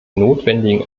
notwendigen